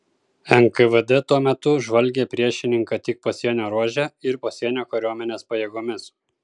nkvd tuo metu žvalgė priešininką tik pasienio ruože ir pasienio kariuomenės pajėgomis